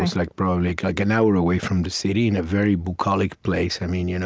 was like probably, like, an hour away from the city in a very bucolic place i mean, you know